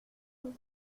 une